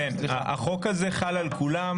החוק הזה חל על כולם,